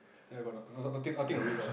then I got I got nothing to read lah